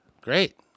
Great